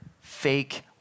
fake